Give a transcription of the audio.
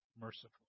merciful